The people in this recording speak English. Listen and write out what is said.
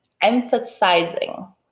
emphasizing